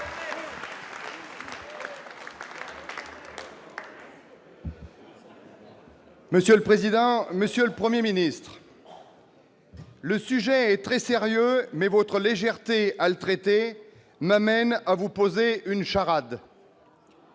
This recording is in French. Républicains. Monsieur le Premier ministre, le sujet est très sérieux, mais votre légèreté à le traiter m'amène à vous proposer une charade.